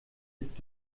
ist